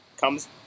Comes